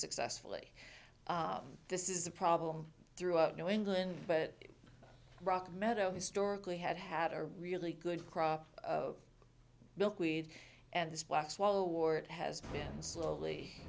successfully this is a problem throughout new england but rock meadow historically had had a really good crop of milkweed and this black swallow wart has been slowly